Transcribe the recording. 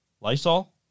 Lysol